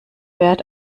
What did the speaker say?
wert